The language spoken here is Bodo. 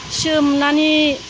सोमनानै